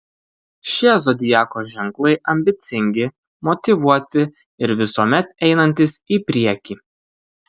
šie zodiako ženklai ambicingi motyvuoti ir visuomet einantys į priekį